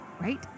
right